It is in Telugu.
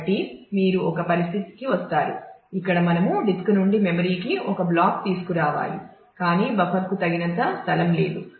కాబట్టి మీరు ఒక పరిస్థితికి వస్తారు ఇక్కడ మనము డిస్క్ నుండి మెమరీకి ఒక బ్లాక్ తీసుకురావాలి కాని బఫర్కు తగినంత స్థలం లేదు